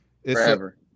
forever